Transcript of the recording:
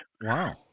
Wow